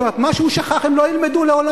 זאת אומרת, מה שהוא שכח הם לא ילמדו לעולם.